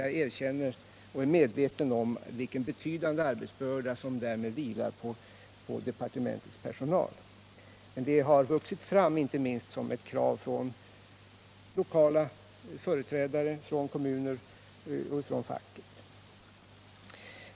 Jag erkänner och är medveten om vilken betydande arbetsbörda som därmed vilar på departementets personal, men den har vuxit fram genom krav, inte minst från lokala företrädare som kommuner och fack.